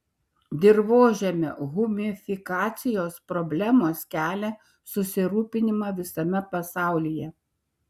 dirvožemio humifikacijos problemos kelia susirūpinimą visame pasaulyje